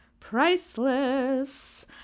Priceless